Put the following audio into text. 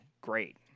Great